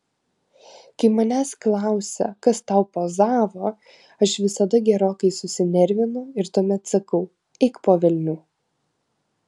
kai manęs klausia kas tau pozavo aš visada gerokai susinervinu ir tuomet sakau eik po velnių